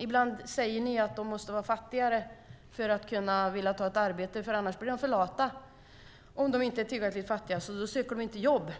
Ibland säger ni att de måste bli fattigare för att vilja ta ett arbete, för annars blir de för lata och söker inte jobb.